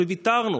וויתרנו.